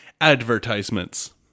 advertisements